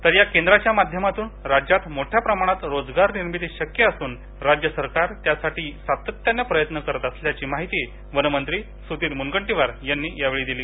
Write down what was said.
तर या केंद्रांच्या माध्यमातून राज्यात मोठ्या प्रमाणात रोजगार निर्मिती शक्य असून राज्य सरकार यासाठी सातत्यानं प्रयत्न करत असल्याची माहिती वन मंत्री सुधीर मूनगंटीवार यांनी यावेळी दिली